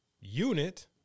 unit